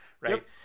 right